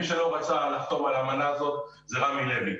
מי שלא רצה לחתום על האמנה הזאת זה רמי לוי.